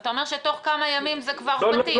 אתה אומר שתוך כמה ימים זה כבר פתיר.